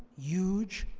huge,